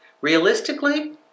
Realistically